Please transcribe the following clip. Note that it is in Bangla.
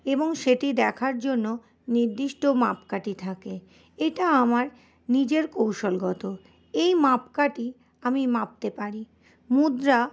এবং সেটি দেখার জন্য নির্দিষ্ট মাপকাঠি থাকে এটা আমার নিজের কৌশলগত এই মাপকাঠি আমি মাপতে পারি মুদ্রা